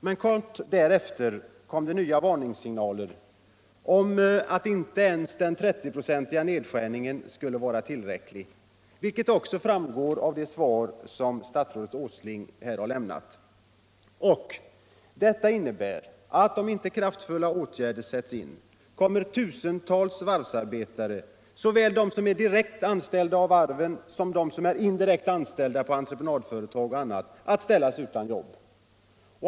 Men kort därefter kom det nya varningssignaler — inte ens den trettioprocentiga nedskärningen skulle vara tillräcklig, vilket också framgår av det svar statsrådet Åsling har lämnat. Om inte kraftfulla åtgärder sätts in, innebär detta att tusentals varvsarbetare — såväl de som är direkt anställda av varven som de som är indirekt anställda av entreprenadföretag — ställs utan jobb.